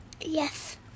Yes